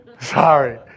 Sorry